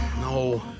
No